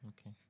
Okay